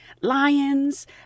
Lions